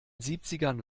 siebzigern